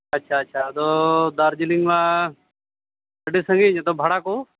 ᱟᱪᱪᱷᱟ ᱟᱪᱪᱷᱟ ᱟᱫᱚ ᱫᱟᱨᱡᱤᱞᱤᱝ ᱢᱟ ᱟᱹᱰᱤ ᱥᱟᱺᱜᱤᱧ ᱟᱫᱚ ᱵᱷᱟᱲᱟ ᱠᱚ